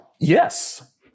Yes